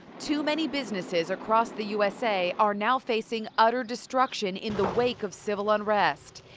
too many businesses across the usa are now facing utter destruction in the wake of civil unrest.